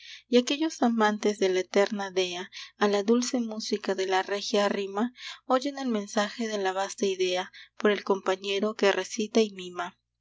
y aquellos amantes de la eterna dea a la dulce música de la regia rima oyen el mensaje de la vasta idea por el compañero que recita y mima